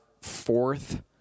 fourth